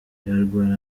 yarwara